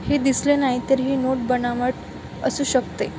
हे दिसले नाही तर हे नोट बनावट असू शकते